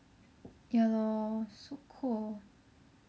ya lor so cold